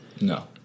No